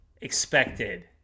expected